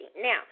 Now